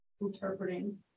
interpreting